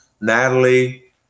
Natalie